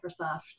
Microsoft